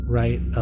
right